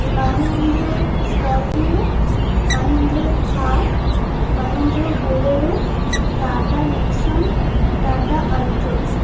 Mahindra Scorpio Mahindra Thar Mahindra Bolero Tata Nexon Tata Altroz